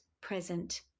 present